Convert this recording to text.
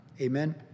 Amen